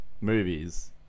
movies